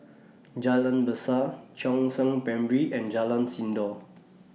Jalan Besar Chongzheng Primary and Jalan Sindor